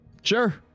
sure